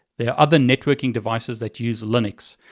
there are other networking devices that use linux.